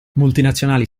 multinazionali